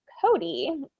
Cody